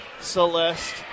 Celeste